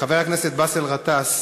חבר הכנסת באסל גטאס,